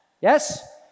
Yes